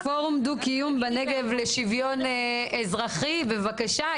פורום דו קיום בנגב לשוויון אזרחי בבקשה.